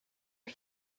was